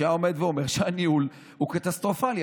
שעומד ואומר שהניהול הוא קטסטרופלי.